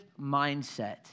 mindset